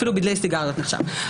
אפילו בדלי סיגריות נחשב.